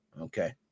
Okay